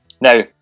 Now